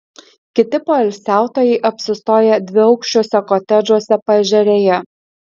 kiti poilsiautojai apsistoję dviaukščiuose kotedžuose paežerėje